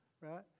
right